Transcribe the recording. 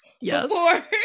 Yes